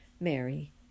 Mary